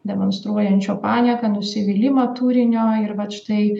demonstruojančio panieką nusivylimą turinio ir vat štai